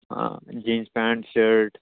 हा jeans pant shirt